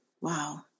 Wow